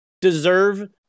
deserve